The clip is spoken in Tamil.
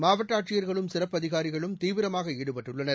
மாவட்ட ஆட்சியர்களும் சிறப்பு அதிகாரிகளும் தீவிரமாக ஈடுபட்டுள்ளனர்